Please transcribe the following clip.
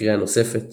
לקריאה נוספת